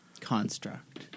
construct